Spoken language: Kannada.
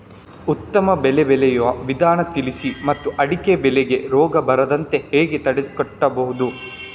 ಉತ್ತಮ ಬೆಳೆ ಬೆಳೆಯುವ ವಿಧಾನ ತಿಳಿಸಿ ಮತ್ತು ಅಡಿಕೆ ಬೆಳೆಗೆ ರೋಗ ಬರದಂತೆ ಹೇಗೆ ತಡೆಗಟ್ಟಬಹುದು?